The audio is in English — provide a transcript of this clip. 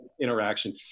Interaction